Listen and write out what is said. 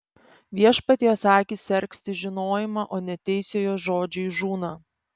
viešpaties akys sergsti žinojimą o neteisiojo žodžiai žūna